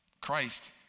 Christ